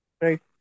Right